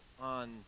on